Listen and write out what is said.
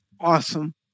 awesome